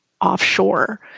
offshore